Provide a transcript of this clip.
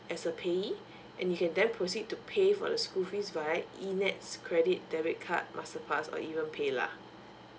as a payee and you can then proceed to pay for the school fees via e NETS credit debit card masterpass or even paylah